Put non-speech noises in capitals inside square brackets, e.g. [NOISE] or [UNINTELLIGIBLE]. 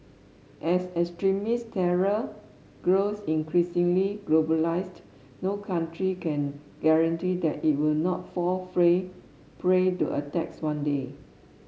as extremist terror grows increasingly globalised no country can guarantee that it will not fall [UNINTELLIGIBLE] prey to attacks one day